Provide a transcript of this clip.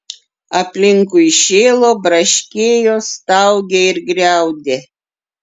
aplinkui šėlo braškėjo staugė ir griaudė